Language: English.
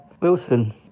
Wilson